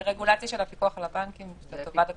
זו רגולציה של הפיקוח על הבנקים לטובת הצרכנים.